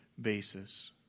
basis